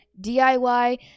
DIY